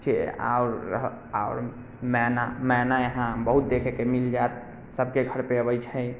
जे आओर आओर मैना मैना यहाँ बहुत देखयके मिल जायत सभके घरपर अबैत छै